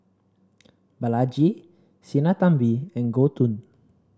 Balaji Sinnathamby and Gouthu